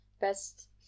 best